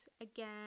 again